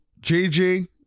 GG